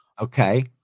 Okay